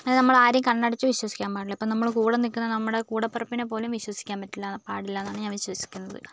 നമ്മൾ ആരെയും കണ്ണടച്ച് വിശ്വസിക്കാൻ പാടില്ല ഇപ്പോൾ നമ്മുടെ കൂടെ നിൽക്കുന്ന നമ്മുടെ കൂടപ്പിറപ്പിനെ പോലും വിശ്വസിക്കാൻ പറ്റില്ല പാടില്ല എന്നാണ് ഞാൻ വിശ്വസിക്കുന്നത്